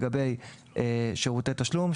לגבי שירותי תשלום,